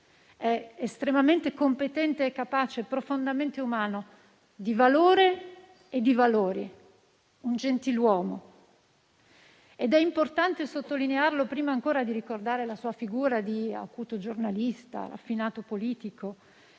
è estremamente competente e capace, profondamente umano, di valore e di valori, un gentiluomo. È importante sottolinearlo prima ancora di ricordare la sua figura di acuto giornalista, affinato politico,